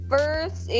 First